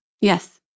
Yes